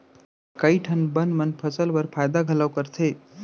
कई ठन बन मन फसल बर फायदा घलौ करथे